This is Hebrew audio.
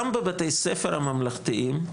גם בבתי הספר הממלכתיים,